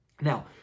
Now